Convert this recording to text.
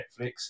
Netflix